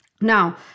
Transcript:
Now